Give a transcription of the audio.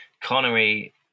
Connery